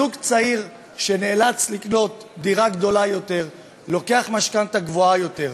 זוג צעיר שנאלץ לקנות דירה גדולה יותר לוקח משכנתה גבוהה יותר,